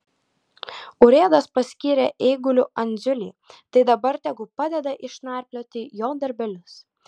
urėdas paskyrė eiguliu andziulį tai dabar tegu padeda išnarplioti jo darbelius